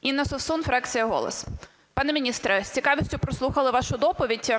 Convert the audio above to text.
Інна Совсун, фракція "Голос". Пане міністре, з цікавістю прослухала вашу доповідь.